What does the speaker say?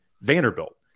Vanderbilt